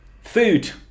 Food